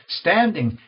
standing